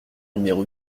numéro